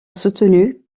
soutenu